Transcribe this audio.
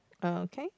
okay